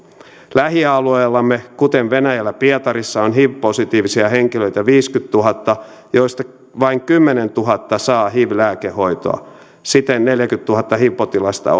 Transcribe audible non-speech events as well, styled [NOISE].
lähialueillamme kuten venäjällä pietarissa on hiv positiivisia henkilöitä viisikymmentätuhatta joista vain kymmenentuhatta saa hiv lääkehoitoa siten neljäkymmentätuhatta hiv potilasta [UNINTELLIGIBLE]